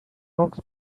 oaks